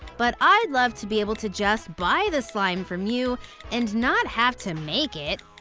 but i'd love to be able to just buy the slime from you and not have to make it.